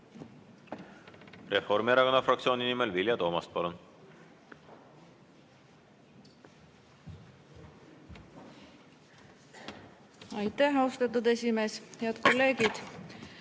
Reformierakonna fraktsiooni nimel Vilja Toomast, palun! Aitäh, austatud esimees! Head kolleegid!